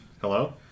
Hello